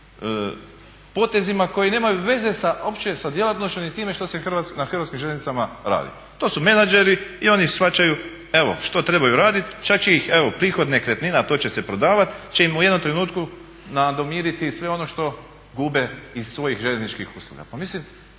potezima koji nemaju veze uopće sa djelatnošću ni time što se na HŽ-u radi. To su menadžeri i oni shvaćaju evo što trebaju raditi, čak će ih prihod nekretnina, to će se prodavati će im u jednom trenutku nadomiriti sve ono što gube iz svojih željezničkih usluga. Pa mislim,